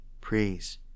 praise